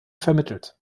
vermittelt